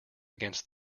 against